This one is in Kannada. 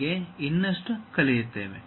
ಬಗ್ಗೆ ಇನ್ನಷ್ಟು ಕಲಿಯುತ್ತೇವೆ